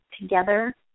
together